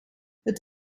het